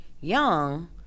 young